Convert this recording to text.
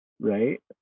Right